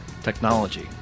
technology